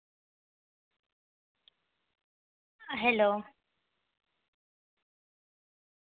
hello